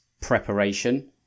preparation